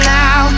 now